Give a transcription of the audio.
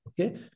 Okay